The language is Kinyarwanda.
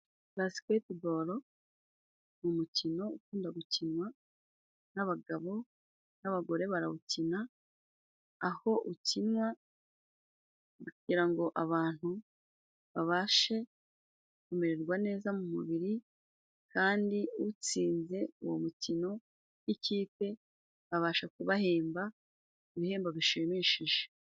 Basiketiboro ni umukino ukunda gukinwa n'abagabo. N'abagore barawukina aho ukinwa kugira ngo abantu babashe kumererwa neza mu mubiri, kandi utsinze uwo mukino w'ikipe babasha kubahemba ibihembo bishimishije.